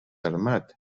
armat